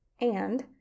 And